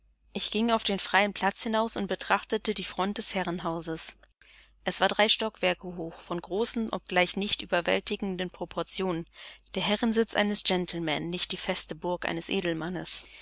ich ging auf den freien platz hinaus und betrachtete die front des herrenhauses es war drei stockwerke hoch von großen obgleich nicht überwältigenden proportionen der herrensitz eines gentleman nicht die feste burg eines edelmannes